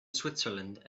switzerland